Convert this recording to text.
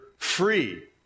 free